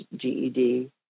GED